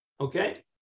Okay